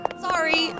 Sorry